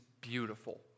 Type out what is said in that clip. beautiful